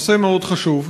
נושא מאוד חשוב.